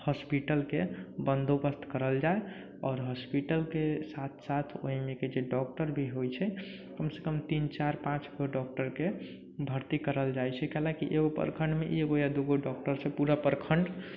हॉस्पिटलके बन्दोबस्त करल जाइ आओर हॉस्पिटलके साथ साथ ओहिमेके जे डॉक्टर भी होइ छै कमसँ कम तीन चारि पाँच गो डॉक्टरके भर्ती करल जाइ छै काहे लऽ कऽ एगो प्रखण्डमे एगो या दूगो डॉक्टरसँ पूरा प्रखण्ड